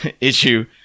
issue